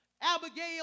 Abigail